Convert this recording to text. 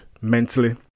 mentally